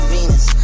Venus